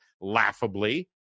laughably